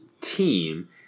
team